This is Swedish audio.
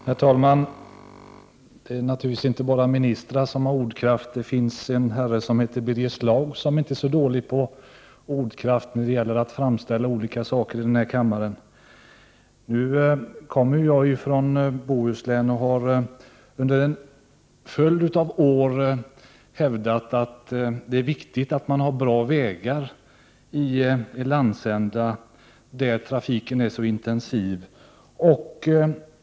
Herr talman! Det är naturligtvis inte bara ministrar som har ordkraft. Det finns en herre som heter Birger Schlaug, som inte är så dålig på ordkraft när 15 det gäller att framställa olika saker i den här kammaren. Jag kommer från Bohuslän och har under en följd av år hävdat att det är viktigt att man har bra vägar i en landsända där trafiken är så intensiv.